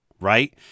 right